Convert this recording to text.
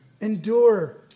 Endure